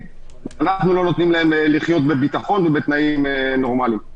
ואנחנו לא נותנים להם לחיות בביטחון ובתנאים נורמליים.